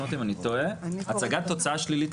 אולם הרצאות והגודל שלהם,